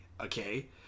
Okay